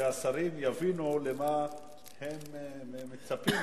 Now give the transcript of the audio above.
שהשרים יבינו למה הם מצפים.